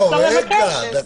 אני